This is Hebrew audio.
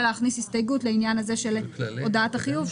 ולהכניס הסתייגות לעניין הודעת החיוב,